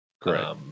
Correct